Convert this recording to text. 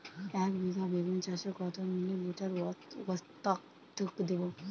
একবিঘা বেগুন চাষে কত মিলি লিটার ওস্তাদ দেবো?